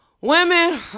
women